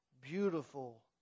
beautiful